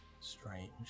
Strange